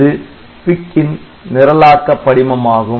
இது PICன் நிரலாக்க படிமம் ஆகும்